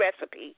recipe